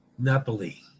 Napoli